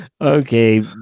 Okay